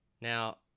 Now